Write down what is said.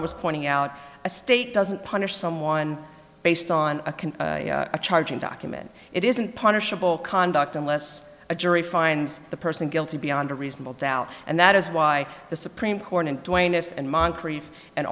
honor was pointing out a state doesn't punish someone based on a can a charging document it isn't punishable conduct unless a jury finds the person guilty beyond a reasonable doubt and that is why the supreme court and